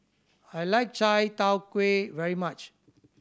I like chai tow kway very much